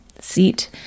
seat